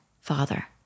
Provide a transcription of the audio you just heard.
father